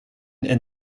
and